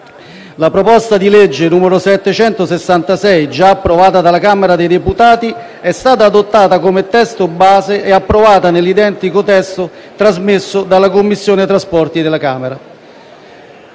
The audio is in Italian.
La proposta di legge n. 766, già approvata dalla Camera dei deputati, è stata adottata come testo base e approvata nell'identico testo trasmesso dalla Commissione trasporti della Camera.